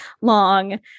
long